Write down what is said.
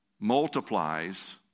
multiplies